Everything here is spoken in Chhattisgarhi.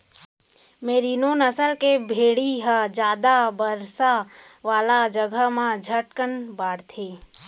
मेरिनों नसल के भेड़ी ह जादा बरसा वाला जघा म झटकन बाढ़थे